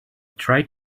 tried